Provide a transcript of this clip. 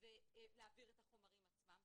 ולהעביר את החומרים עצמם.